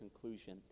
conclusion